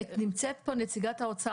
נמצאת פה נציגת משרד האוצר.